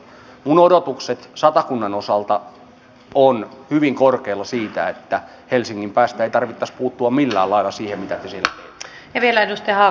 minun odotukseni satakunnan osalta ovat hyvin korkealla sen suhteen että helsingin päästä ei tarvitsisi puuttua millään lailla siihen mitä te siellä teette